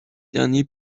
dernier